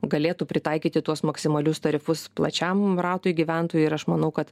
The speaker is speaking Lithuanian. galėtų pritaikyti tuos maksimalius tarifus plačiam ratui gyventojų ir aš manau kad